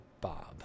Bob